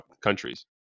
countries